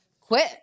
quit